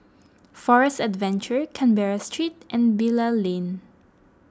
Forest Adventure Canberra Street and Bilal Lane